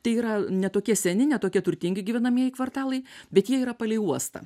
tai yra ne tokie seni ne tokie turtingi gyvenamieji kvartalai bet jie yra palei uostą